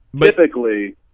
typically